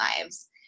lives